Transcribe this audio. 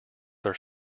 are